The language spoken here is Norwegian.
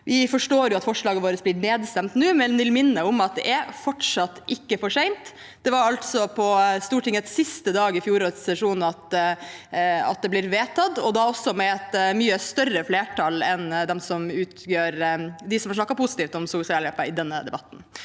Vi forstår at forslaget vårt blir nedstemt nå, men vil minne om at det fortsatt ikke er for sent. Det var på Stortingets siste dag i fjorårets sesjon at det ble vedtatt, og da også med et mye større flertall enn dem som har snakket positivt om sosialhjelpen i denne debatten.